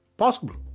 possible